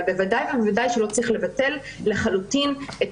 אבל בוודאי שלא צריך לבטל לחלוטין את